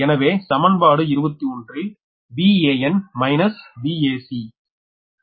எனவே சமன்பாடு 21 ல் Van மைனஸ் Vac